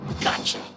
Gotcha